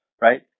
right